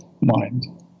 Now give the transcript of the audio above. mind